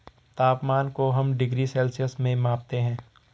तापमान को हम डिग्री सेल्सियस में मापते है